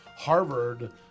harvard